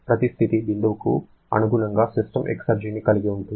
ప్రతి స్థితి బిందువుకు అనుగుణంగా సిస్టమ్ ఎక్సర్జీని కలిగి ఉంటుంది